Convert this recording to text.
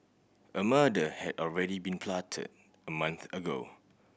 a murder had already been plotted a month ago